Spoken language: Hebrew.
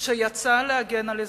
שיצא להגן על אזרחים.